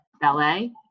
ballet